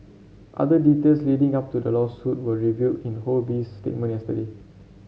other details leading up to the lawsuit were revealed in Ho Bee's statement yesterday